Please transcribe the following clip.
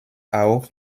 auch